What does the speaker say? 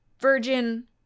virgin